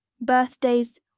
birthdays